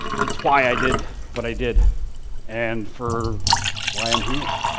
it's why i did what i did and for why i'm here.